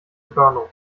körnung